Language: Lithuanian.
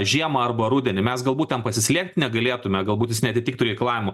žiemą arba rudenį mes galbūt ten pasislėpti negalėtume galbūt jis neatitiktų reikalavimų